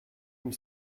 une